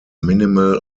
minimal